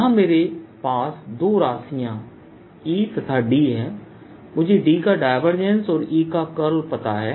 यहाँ मेरे पास दो राशियां Eतथा D हैं मुझे D का डायवर्जेंसDivergence औरE का कर्ल पता है